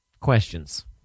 questions